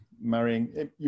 marrying